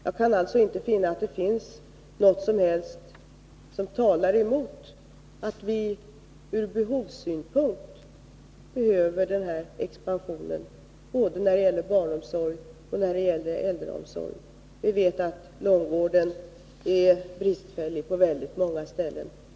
Jag kan alltså inte se att det finns något över huvud taget som talar emot det faktum att vi behöver den här expansionen, både när det gäller barnomsorgen och när det gäller äldreomsorgen. Vi vet att långvården är bristfällig på väldigt många ställen.